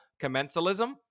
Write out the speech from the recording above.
commensalism